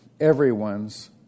everyone's